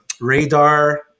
radar